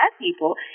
people